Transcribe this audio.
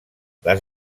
les